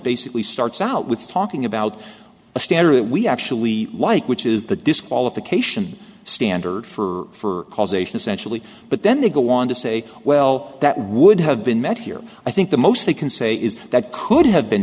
basically starts out with talking about a standard that we actually like which is the disqualification standard for causation essentially but then they go on to say well that would have been met here i think the most they can say is that could have been